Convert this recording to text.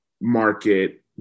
market